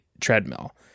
treadmill